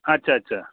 আচ্ছা আচ্ছা